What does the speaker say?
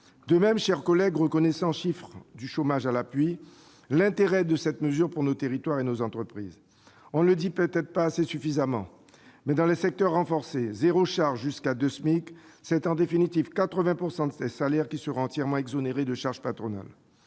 De même, chers collègues, reconnaissons, chiffres du chômage à l'appui, l'intérêt d'une telle mesure pour nos territoires et nos entreprises. On ne le dit peut-être pas suffisamment, mais, dans les secteurs renforcés, zéro charge jusqu'à deux SMIC, c'est en définitive 80 % des salaires qui seront entièrement exonérés de charges patronales.